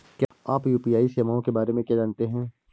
आप यू.पी.आई सेवाओं के बारे में क्या जानते हैं?